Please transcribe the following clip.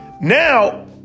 Now